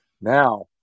Now